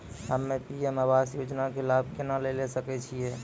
हम्मे पी.एम आवास योजना के लाभ केना लेली सकै छियै?